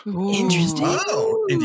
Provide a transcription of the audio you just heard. Interesting